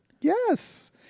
Yes